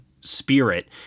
spirit